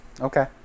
Okay